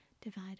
divide